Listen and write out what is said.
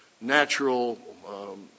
natural